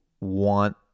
want